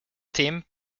team